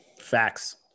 Facts